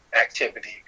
activity